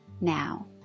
now